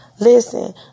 listen